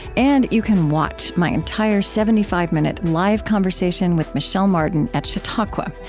and you can watch my entire seventy five minute live conversation with michel martin at chautauqua.